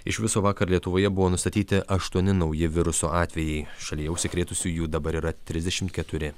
iš viso vakar lietuvoje buvo nustatyti aštuoni nauji viruso atvejai šalyje užsikrėtusiųjų dabar yra trisdešimt keturi